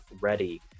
ready